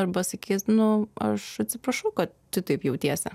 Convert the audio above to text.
arba sakys nu aš atsiprašau tu taip jautiesi